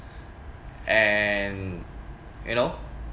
and you know